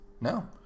No